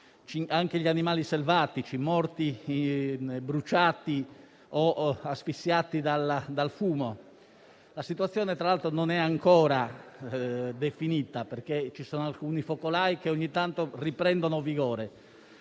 anche quelli selvatici, bruciati o asfissiati dal fumo. La situazione, tra l'altro, non è ancora definita, perché alcuni focolai ogni tanto riprendono vigore